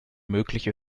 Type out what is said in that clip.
mögliche